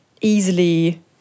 easily